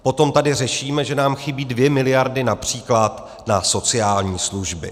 Potom tady řešíme, že nám chybí 2 miliardy např. na sociální služby.